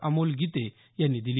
अमोल गिते यांनी दिली